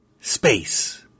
Space